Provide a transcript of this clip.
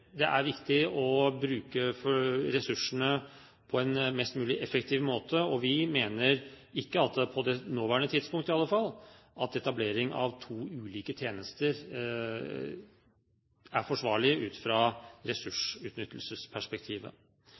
det er viktig å bruke ressursene på en mest mulig effektiv måte, og vi mener at det – på det nåværende tidspunkt i alle fall – ikke er forsvarlig å etablere to ulike tjenester ut fra